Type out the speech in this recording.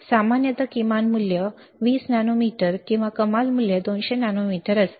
सामान्यत किमान मूल्य 20 नॅनोमीटर आणि कमाल मूल्य 200 नॅनोमीटर असते